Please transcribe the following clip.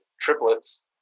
triplets